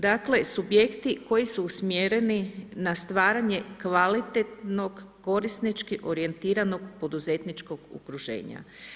Dakle, subjekti koji su usmjereni na stvaranje kvalitetno korisnički orijentiranog poduzetničkog udruženja.